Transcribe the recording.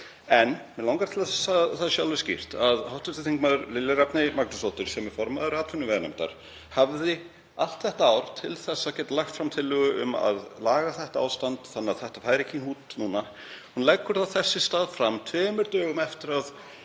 en mig langar til að það sé alveg skýrt að hv. þm. Lilja Rafney Magnúsdóttir, sem er formaður atvinnuveganefndar, hafði allt þetta ár til að leggja fram tillögu um að laga ástandið þannig að þetta færi ekki í hnút núna. Hún leggur það þess í stað fram tveimur dögum eftir að